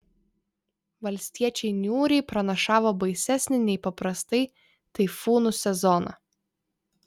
valstiečiai niūriai pranašavo baisesnį nei paprastai taifūnų sezoną